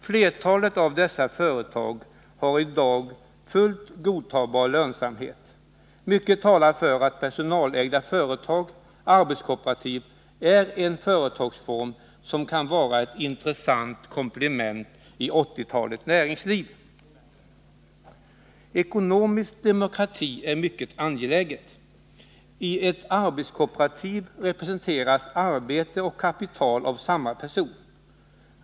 Flertalet av dessa företag har i dag en fullt godtagbar lönsamhet. Mycket talar för att personalägda företag — arbetskooperativ — är en företagsform som kan vara ett intressant komplement i 1980-talets näringsliv. Ekonomisk demokrati är mycket angelägen. I ett arbetskooperativ representeras arbete och kapital av samma personer.